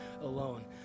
alone